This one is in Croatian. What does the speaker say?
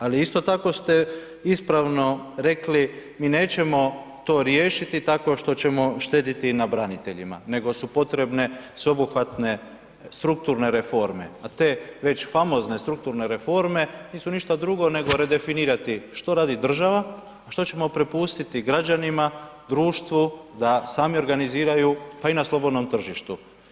Ali isto tako ste ispravno rekli mi nećemo to riješiti tako što ćemo štedjeti na braniteljima, nego su potrebne sveobuhvatne strukturne reforme a te već famozne strukturne reforme nisu ništa drugo nego redefinirati što radi država a što ćemo prepustiti građanima, društvu da sami organiziraju pa i na slobodnom tržištu.